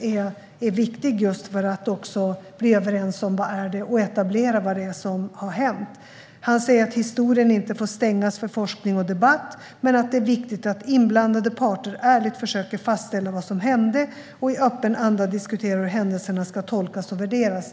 Detta är viktigt för att bli överens om och etablera vad som har hänt. Wrange säger att historien inte får stängas för forskning och debatt men att det är viktigt att inblandade parter ärligt försöker fastställa vad som hände och i öppen anda diskuterar hur händelserna ska tolkas och värderas.